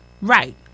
Right